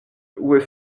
were